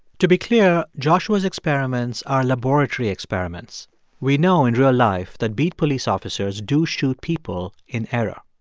to be clear, joshua's experiments are laboratory experiments we know in real life that beat police officers do shoot people in error.